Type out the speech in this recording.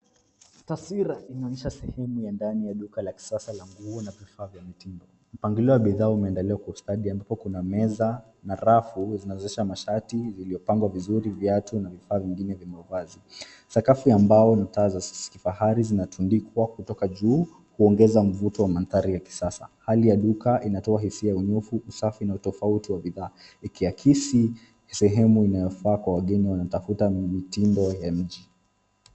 Taswira inaonyesha sehemu ya ndani ya duka la kisasa la nguo na vifaa vya mtindo. Mpangilio wa bidhaa umeandaliwa kwa ustadi ambapo kuna meza na rafu zinazowezesha mashati zilizopangwa vizuri, viatu na vifaa vingine vya mavazi. Sakafu ya mbao na taa za kifahari zinatundikwa kutoka juu kuongeza mvuto wa mandhari ya kisasa. Hali ya duka inatoa hisia nyofu ya usafi na utofauti wa bidhaa ikiakisi sehemu inayofaa kwa wageni wanaotafuta mitindo ya miji.